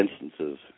instances